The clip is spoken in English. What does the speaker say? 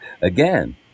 Again